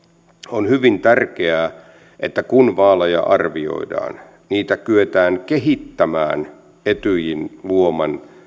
on hyvin tärkeää että kun vaaleja arvioidaan niitä kyetään kehittämään etyjin luoman